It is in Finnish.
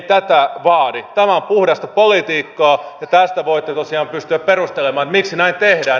tämä on puhdasta politiikkaa ja tästä voitte tosiaan pystyä perustelemaan miksi näin tehdään